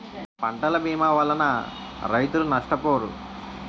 పంటల భీమా వలన రైతులు నష్టపోరు